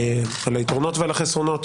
על היתרונות והחסרונות